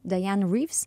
diane reeves